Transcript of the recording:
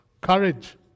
Courage